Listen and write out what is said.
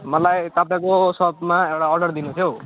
मलाई तपाईँको सपमा एउटा अर्डर दिनु थियो